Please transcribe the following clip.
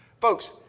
Folks